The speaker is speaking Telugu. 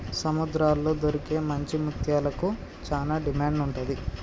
సముద్రాల్లో దొరికే మంచి ముత్యాలకు చానా డిమాండ్ ఉంటది